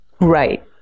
Right